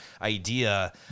idea